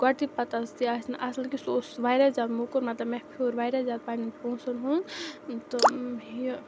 گۄڈٕ تہِ پَتہٕ زِ یہِ آسہِ نہٕ اَصٕل کیٚنہہ سُہ اوس واریاہ زیادٕ موٚکُر مطلب مےٚ پھیوٗر واریاہ زیادٕ پَنٛنٮ۪ن پونٛسَن ہُنٛد تہٕ یہِ